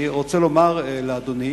אני רוצה לומר לאדוני